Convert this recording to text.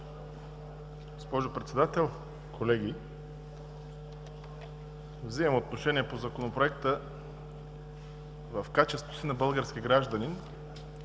Госпожо Председател, колеги! Взимам отношение по Законопроекта в качеството си на български гражданин,